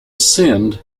sinned